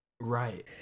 Right